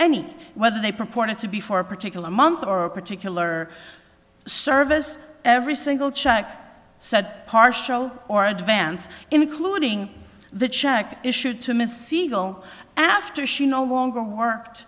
any whether they purported to be for a particular month or a particular service every single check said partial or advance including the check issued to miss siegel after she no longer work